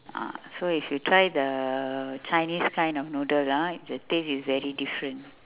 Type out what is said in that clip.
ah so if you try the chinese kind of noodle ah the taste is very different